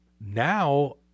Now